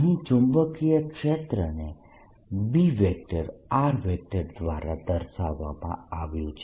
અહી ચુંબકીય ક્ષેત્રને B દ્વારા દર્શાવવામાં આવ્યું છે